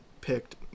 picked